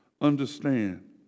understand